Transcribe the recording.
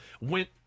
went